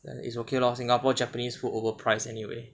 then it's okay lor singapore japanese food overpriced anyway